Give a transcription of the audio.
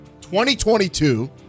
2022